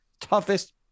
toughest